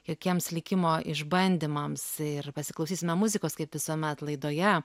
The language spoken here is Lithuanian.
jokiems likimo išbandymams ir pasiklausysime muzikos kaip visuomet laidoje